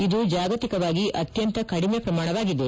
ಇದು ಜಾಗತಿಕವಾಗಿ ಅತ್ಯಂತ ಕಡಿಮೆ ಪ್ರಮಾಣವಾಗಿದೆ